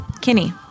Kinney